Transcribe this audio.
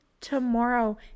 tomorrow